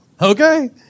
Okay